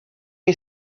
you